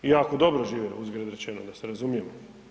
Iako dobro žive, uzgred rečeno, da se razumijemo.